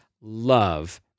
love